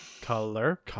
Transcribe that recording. color